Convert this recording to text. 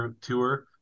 Tour